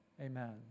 amen